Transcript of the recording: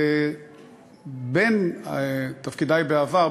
בין תפקידי בעבר,